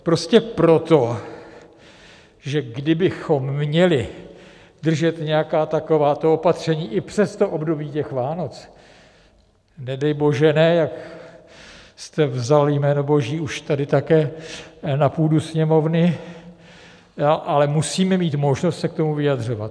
Prostě proto, že kdybychom měli držet nějaká takováto opatření i přes období Vánoc, nedej bože, ne jak jste vzali jméno boží už tady také na půdu Sněmovny, ale musíme mít možnost se k tomu vyjadřovat.